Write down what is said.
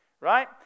right